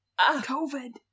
COVID